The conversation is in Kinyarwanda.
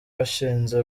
washinze